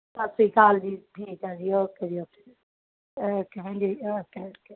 ਸਤਿ ਸ਼੍ਰੀ ਅਕਾਲ ਜੀ ਠੀਕ ਹੈ ਜੀ ਓਕੇ ਜੀ ਓਕੇ ਓਕੇ ਭੈਣ ਜੀ ਓਕੇ ਓਕੇ